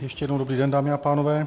Ještě jednou dobrý den, dámy a pánové.